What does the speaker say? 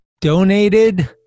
donated